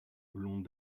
l’ont